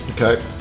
Okay